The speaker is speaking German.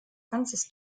ganzes